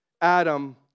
Adam